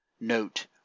Note